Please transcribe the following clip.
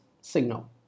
signal